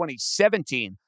2017